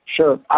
Sure